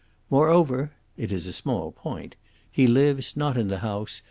moreover it is a small point he lives, not in the house,